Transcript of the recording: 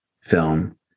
film